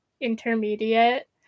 intermediate